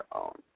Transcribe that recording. own